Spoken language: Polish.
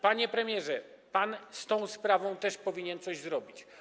Panie premierze, pan z tą sprawą też powinien coś zrobić.